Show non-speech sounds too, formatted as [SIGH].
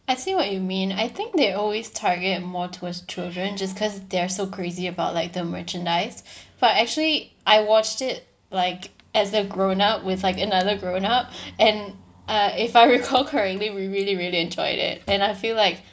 I see what you mean I think they always target more towards children just cause they are so crazy about like the merchandise [BREATH] but actually I watched it like as a grown up with like another grown up [BREATH] and uh if I recall correctly we really really enjoyed it and I feel like